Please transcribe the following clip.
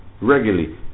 regularly